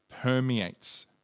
permeates